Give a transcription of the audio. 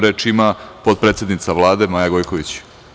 Reč ima potpredsednica Vlade, Maja Gojković.